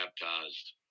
baptized